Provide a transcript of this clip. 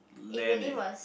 land eh